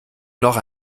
noch